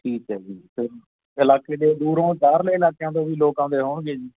ਠੀਕ ਹੈ ਜੀ ਸਰ ਇਲਾਕੇ ਦੇ ਦੂਰੋਂ ਬਾਹਰਲੇ ਇਲਾਕਿਆਂ ਤੋਂ ਵੀ ਲੋਕਾਂ ਦੇ ਹੋਣਗੇ ਜੀ